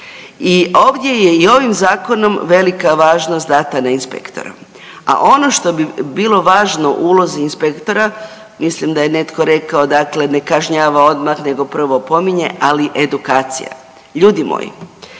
I ovdje je i ovim zakonom velika važnost dana na inspektora, a ono što bi bilo važno u ulozi inspektora, mislim da je netko rekao ne kažnjava odmah nego prvo opominje, ali edukacija. Ljudi moji,